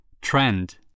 Trend